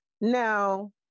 Now